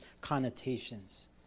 connotations